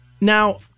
Now